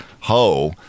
Ho